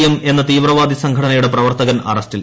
M എന്ന തീവ്രവാദി സംഘടനയുടെ പ്രവർത്തകൻ അറസ്റ്റിൽ